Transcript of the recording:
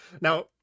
Now